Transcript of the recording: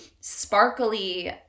sparkly